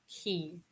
key